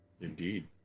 Indeed